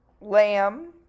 Lamb